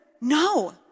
No